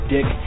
Dick